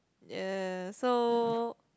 yes so